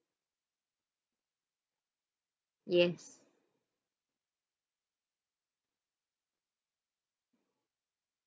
yes